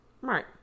right